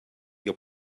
your